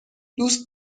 دوست